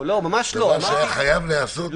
זה דבר שהיה חייב להיעשות בכל מקרה.